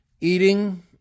eating